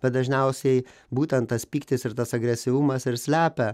bet dažniausiai būtent tas pyktis ir tas agresyvumas ir slepia